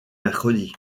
mercredi